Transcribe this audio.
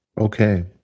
Okay